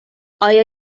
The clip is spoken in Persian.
آیا